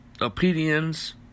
opinions